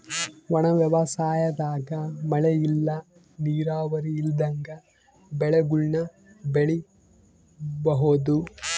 ಒಣ ವ್ಯವಸಾಯದಾಗ ಮಳೆ ಇಲ್ಲ ನೀರಾವರಿ ಇಲ್ದಂಗ ಬೆಳೆಗುಳ್ನ ಬೆಳಿಬೋಒದು